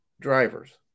drivers